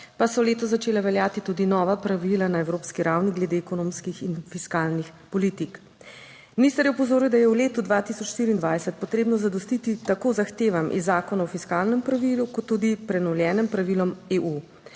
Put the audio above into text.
pa so letos začela veljati tudi nova pravila na evropski ravni glede ekonomskih in fiskalnih politik. Minister je opozoril, da je v letu 2024 potrebno zadostiti tako zahtevam iz Zakona o fiskalnem pravilu, kot tudi prenovljenim pravilom EU.